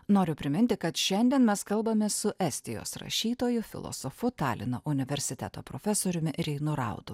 noriu priminti kad šiandien mes kalbamės su estijos rašytoju filosofu talino universiteto profesoriumi reinu raudu